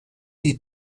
die